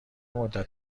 مدت